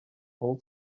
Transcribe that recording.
all